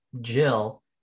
jill